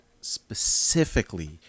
specifically